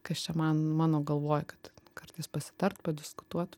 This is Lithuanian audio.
kas čia man mano galvoj kad kartais pasitart padiskutuot